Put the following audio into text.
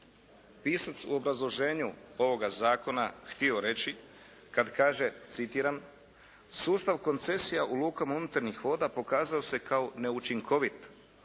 pisac u obrazloženju ovoga zakona htio reći kad kaže, citiram, "Sustav koncesija u lukama unutarnjih voda pokazao se kao neučinkovit